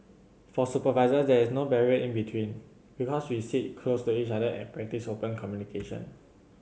for supervisors there is no barrier in between because we sit close to each other and practice open communication